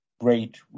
great